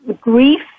grief